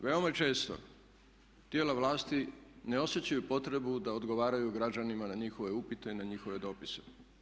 Veoma često tijela vlasti ne osjećaju potrebu da odgovaraju građanima na njihove upite i na njihove dopise.